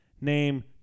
Name